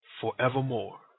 forevermore